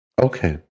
Okay